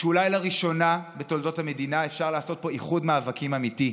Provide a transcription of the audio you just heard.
שאולי לראשונה בתולדות המדינה אפשר לעשות איחוד מאבקים אמיתי,